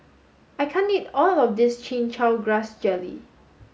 I can't eat all of this Chin Chow Grass Jelly